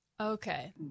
Okay